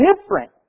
different